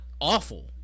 awful